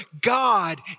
God